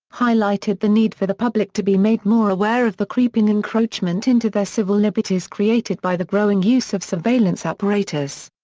highlighted the need for the public to be made more aware of the creeping encroachment into their civil liberties created by the growing use of surveillance apparatus.